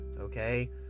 Okay